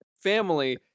family